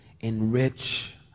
enrich